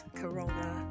corona